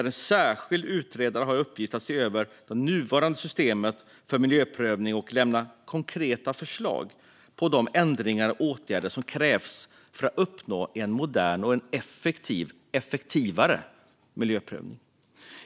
En särskild utredare har till uppgift att se över det nuvarande systemet för miljöprövning och lämna konkreta förslag på de ändringar och åtgärder som krävs för att uppnå en modernare och mer effektiv miljöprövning.